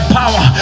power